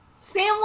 Sam